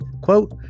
quote